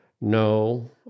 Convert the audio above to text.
No